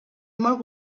molt